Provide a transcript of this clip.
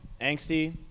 Angsty